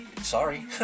sorry